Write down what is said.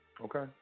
okay